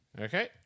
Okay